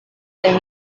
the